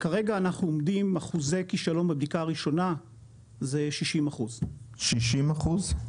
כרגע אנחנו עומדים עם אחוזי כשלון בבדיקה הראשונה זה 60%. 60%?